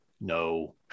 no